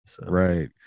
right